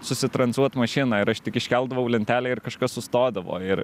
susitranzuot mašiną ir aš tik iškeldavau lentelę ir kažkas sustodavo ir